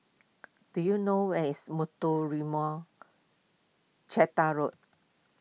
do you know where is Muthuraman Road